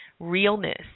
realness